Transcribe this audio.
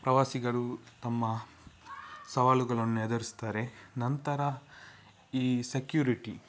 ಪ್ರವಾಸಿಗರು ತಮ್ಮ ಸವಾಲುಗಳನ್ನು ಎದುರಿಸ್ತಾರೆ ನಂತರ ಈ ಸೆಕ್ಯೂರಿಟಿ